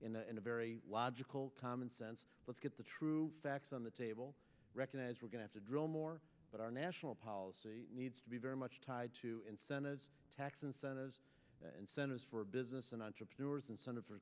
in a very logical common sense let's get the true facts on the table recognize we're going to drill more but our national policy needs to be very much tied to incentives tax incentives and centers for business and entrepreneurs incentives for